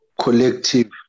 collective